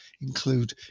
include